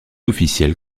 officiels